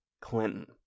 Clinton